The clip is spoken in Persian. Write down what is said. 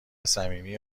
صمیمی